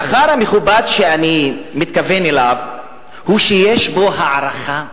השכר המכובד שאני מתכוון אליו הוא שיש בו הערכה.